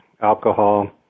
alcohol